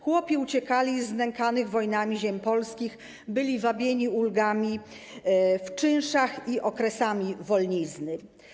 Chłopi uciekali z nękanych wojnami ziem polskich, byli wabieni ulgami w czynszach i okresami wolnizny.